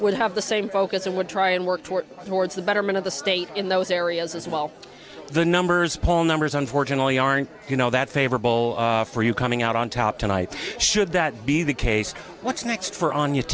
would have the same focus and would try and work toward towards the betterment of the state in those areas as well the numbers poll numbers unfortunately aren't you know that favorable for you coming out on top tonight should that be the case what's next for o